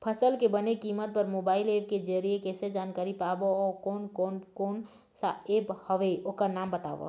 फसल के बने कीमत बर मोबाइल ऐप के जरिए कैसे जानकारी पाबो अउ कोन कौन कोन सा ऐप हवे ओकर नाम बताव?